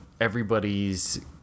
everybody's